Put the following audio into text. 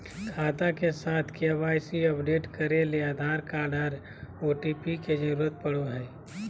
खाता के साथ के.वाई.सी अपडेट करे ले आधार कार्ड आर ओ.टी.पी के जरूरत पड़ो हय